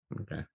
Okay